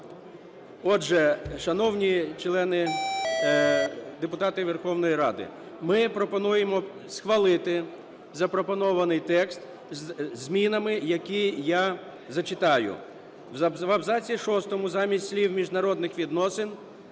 Отже, шановні члени… депутати Верховної Ради, ми пропонуємо схвалити запропонований текст зі змінами, які я зачитаю. В абзаці 6 замість слів "міжнародних відносин"